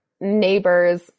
neighbor's